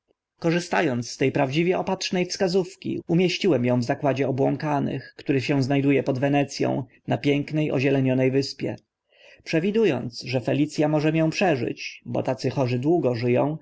ąc z te prawdziwie opatrzne wskazówki umieściłem ą w zakładzie obłąkanych który się zna du e pod wenec ą na piękne ozielenione wyspie przewidu ąc że felic a może mię przeżyć bo tacy chorzy długo ży